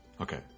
Okay